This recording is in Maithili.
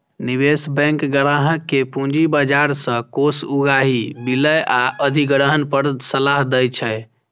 निवेश बैंक ग्राहक कें पूंजी बाजार सं कोष उगाही, विलय आ अधिग्रहण पर सलाह दै छै